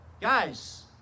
guys